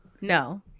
No